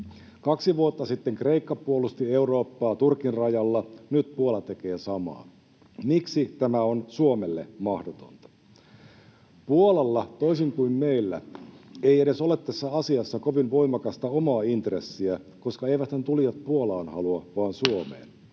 Kaksi vuotta sitten Kreikka puolusti Eurooppaa Turkin rajalla, nyt Puola tekee samaa. Miksi tämä on Suomelle mahdotonta? Puolalla, toisin kuin meillä, ei edes ole tässä asiassa kovin voimakasta omaa intressiä, koska eiväthän tulijat Puolaan halua vaan Suomeen.